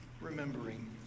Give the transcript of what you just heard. remembering